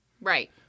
Right